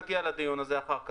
נגיע לדיון הזה אחר כך.